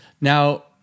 Now